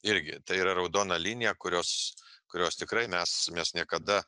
irgi tai yra raudona linija kurios kurios tikrai mes mes niekada